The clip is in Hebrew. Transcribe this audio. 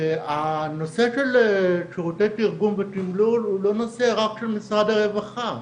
הנושא של שירות תרגום ותימלול הוא לא נושא רק של משרד הרווחה.